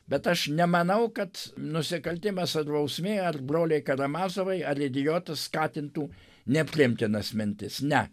bet aš nemanau kad nusikaltimas ir bausmė ar broliai karamazovai ar idiotas skatintų nepriimtinas mintis ne